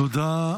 תודה.